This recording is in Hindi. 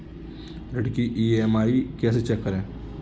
ऋण की ई.एम.आई कैसे चेक करें?